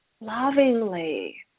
lovingly